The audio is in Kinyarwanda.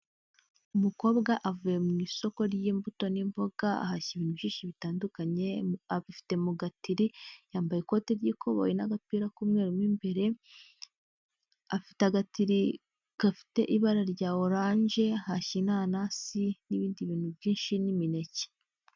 Umukobwa avuye mu isoko ry'imbuto n'imboga ahashye ibintu byinshi bitandukanye abifite mu gatiri, yambaye ikoti ry'ikoboyi n'agapira k'umweru mu imbere, afite agatiri gafite ibara rya oranje, ahashye inanasi n'ibindi bintu byinshi n'imineke.